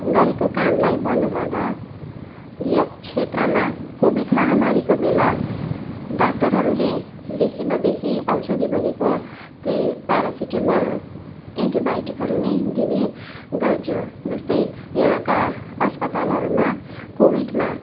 गरेको कामलाई भन्नुपर्दा यस क्षेत्रमा कोविड महामारीको बेला डाक्टरहरूले बेसीमा बेसी औषधी भनेको त्यही प्यारासिटामल एन्टिबायोटिकहरू नै दिने गर्थ्यो जस्तै यहाँका अस्पतालहरूमा कोविडमा